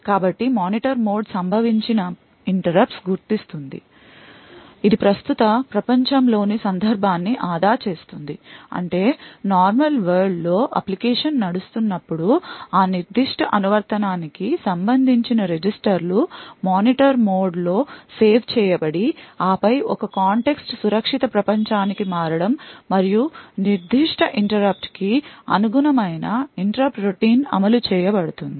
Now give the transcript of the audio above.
కాబట్టి monitor mode సంభవించిన interrupts గుర్తిస్తుంది ఇది ప్రస్తుత ప్రపంచంలోని సందర్భాన్ని ఆదా చేస్తుంది అంటే నార్మల్ వరల్డ్ లో అప్లికేషన్ నడుస్తున్నప్పుడు ఆ నిర్దిష్ట అనువర్తనానికి సంబంధించిన రిజిస్టర్లు మానిటర్ మోడ్modeలో సేవ్ చేయబడి ఆపై ఒక కాంటెక్స్ట్ సురక్షిత ప్రపంచానికి మారడం మరియు నిర్దిష్ట interrupt కి అనుగుణమైన interrupt routine అమలు చేయబడుతుంది